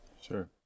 Sure